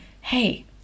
hey